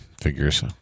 Figures